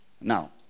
Now